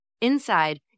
Inside